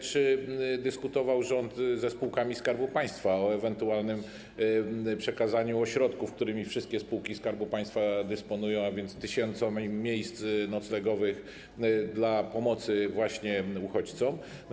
Czy rząd dyskutował ze spółkami Skarbu Państwa o ewentualnym przekazaniu ośrodków, którymi wszystkie spółki Skarbu Państwa dysponują, a więc tysięcy miejsc noclegowych, na pomoc dla uchodźców?